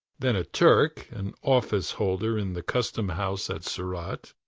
then a turk, an office-holder in the custom-house at surat,